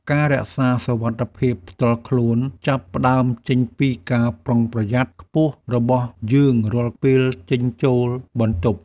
ការរក្សាសុវត្ថិភាពផ្ទាល់ខ្លួនចាប់ផ្តើមចេញពីការប្រុងប្រយ័ត្នខ្ពស់របស់យើងរាល់ពេលចេញចូលបន្ទប់។